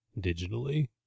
digitally